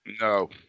No